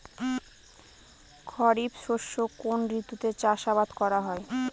খরিফ শস্য কোন ঋতুতে চাষাবাদ করা হয়?